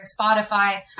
Spotify